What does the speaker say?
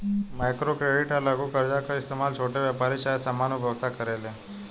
micro credit या लघु कर्जा के इस्तमाल छोट व्यापारी चाहे सामान्य उपभोक्ता करेले